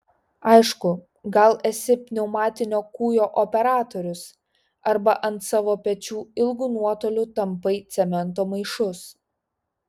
aišku gal esi pneumatinio kūjo operatorius arba ant savo pečių ilgu nuotoliu tampai cemento maišus